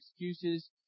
excuses